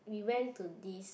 we went to this